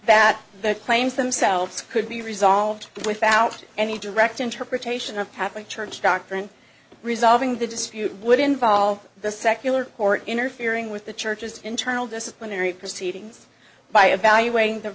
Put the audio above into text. that the claims themselves could be resolved without any direct interpretation of catholic church doctrine resolving the dispute would involve the secular court interfering with the church's internal disciplinary proceedings by evaluating the